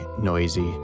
noisy